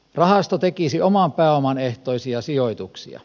rahasto tekisi oman pääoman ehtoisia sijoituksia